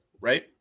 right